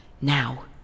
now